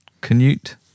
Canute